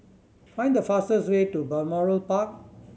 find the fastest way to Balmoral Park